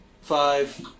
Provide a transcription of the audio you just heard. five